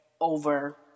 over